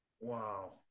Wow